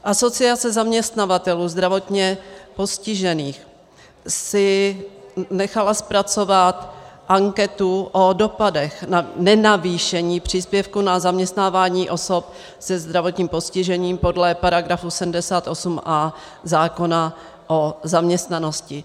Asociace zaměstnavatelů zdravotně postižených si nechala zpracovat anketu o dopadech na nenavýšení příspěvku na zaměstnávání osob se zdravotním postižením podle § 78 a zákona o zaměstnanosti.